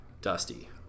Dusty